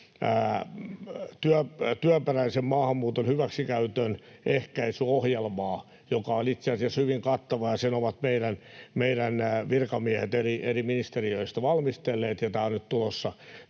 työperäisen maahanmuuton hyväksikäytön ehkäisyohjelmaa, joka on itse asiassa hyvin kattava, ja sen ovat meidän virkamiehet eri ministeriöistä valmistelleet, ja tämä on nyt tulossa